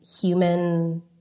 human